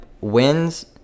wins